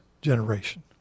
generation